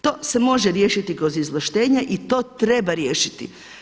To se može riješiti kroz izvlaštenja i to treba riješiti.